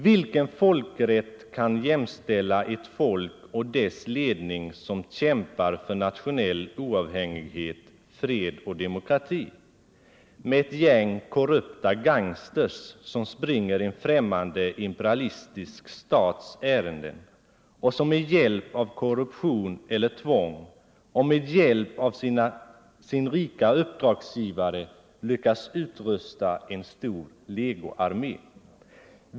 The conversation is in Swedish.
Vilken ”folkrätt” kan jämställa ett folk och dess ledning som kämpar för nationell oavhängighet, fred och demokrati med ett gäng korrupta gangstrar som springer en främmande imperialistisk stats ärenden och som med hjälp av korruption eller tvång och med hjälp av sin rika uppdragsgivare lyckas utrusta en stor legoarmé?